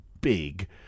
big